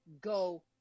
go